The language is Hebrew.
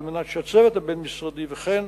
על מנת שהצוות הבין-משרדי וכן